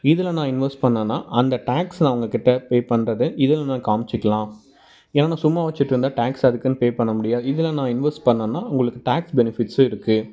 இதுல நான் இன்வெஸ்ட் பண்ணேன்னா அந்த டாக்ஸ் நான் அவங்கக்கிட்ட பே பண்ணுறது இதுல நான் காமிச்சிக்கலாம் ஏன்னா நான் சும்மா வச்சிட்டுருந்தால் டேக்ஸ் அதுக்குன்னு பே பண்ண முடியாது இதுல நான் இன்வெஸ்ட் பண்ணேன்னா உங்களுக்கு டேக்ஸ் பெனிஃபிட்ஸும் இருக்கு